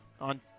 on